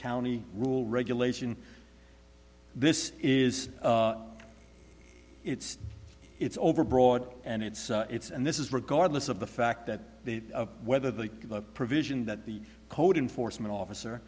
county rule regulation this is it's it's overbroad and it's it's and this is regardless of the fact that they whether they evoke provision that the code enforcement officer